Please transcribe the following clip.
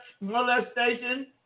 molestation